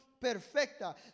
perfecta